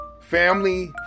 family